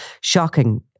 shocking